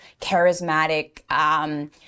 charismatic